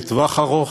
לטווח ארוך.